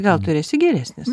gal tu ir esi geresnis